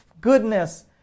goodness